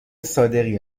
صادقی